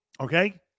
Okay